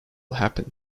happened